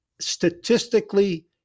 statistically